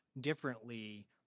differently